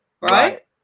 right